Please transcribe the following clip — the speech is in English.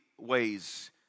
ways